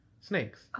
snakes